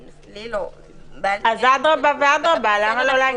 נפליל --- אז אדרבא ואדרבא למה לא להגיד?